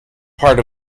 part